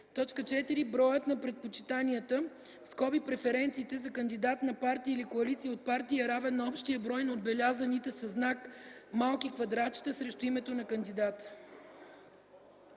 т. 4; 4. броят на предпочитанията (преференциите) за кандидат на партия или коалиция от партии е равен на общия брой на отбелязаните със знак малки квадратчета срещу името на кандидата.”